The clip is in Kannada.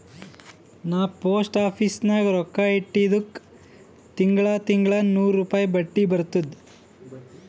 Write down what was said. ನಾ ಪೋಸ್ಟ್ ಆಫೀಸ್ ನಾಗ್ ರೊಕ್ಕಾ ಇಟ್ಟಿದುಕ್ ತಿಂಗಳಾ ತಿಂಗಳಾ ನೂರ್ ರುಪಾಯಿ ಬಡ್ಡಿ ಬರ್ತುದ್